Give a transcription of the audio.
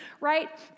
right